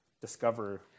discover